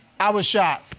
i was shot,